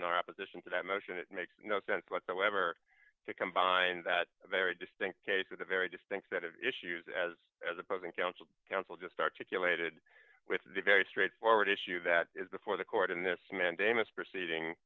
in opposition to that motion it makes no sense whatsoever to combine that very distinct case with a very distinct set of issues as as opposing counsel counsel just articulated with a very straightforward issue that is before the court in this mandamus proceeding